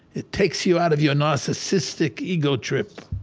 it takes you out of your narcissistic ego trip